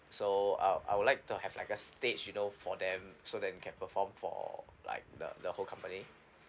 so I I would like to have like a stage you know for them so then they can perform for like the the whole company